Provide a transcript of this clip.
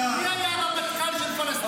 מי היה הרמטכ"ל של פלסטין לפני 100 שנה?